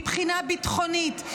מבחינה ביטחונית,